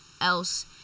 else